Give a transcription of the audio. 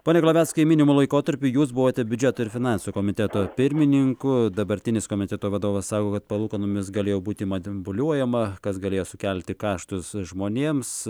pone glaveckai minimu laikotarpiu jūs buvote biudžeto ir finansų komiteto pirmininku dabartinis komiteto vadovas sako kad palūkanomis galėjo būti manipuliuojama kas galėjo sukelti kaštus žmonėms